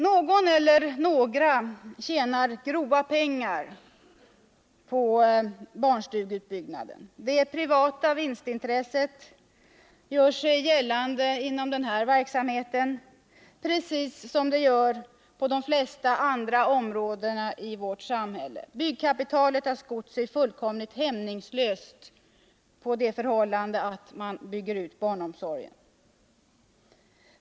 Någon eller några tjänar grova pengar på barnstugeutbyggnaden. Det privata vinstintresset gör sig gällande inom denna verksamhet, precis som det gör på de flesta andra områden i vårt samhälle. Byggkapitalet har skott sig fullkomligt hämningslöst på barnomsorgsutbyggnaden.